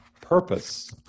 purpose